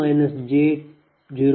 59